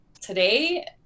Today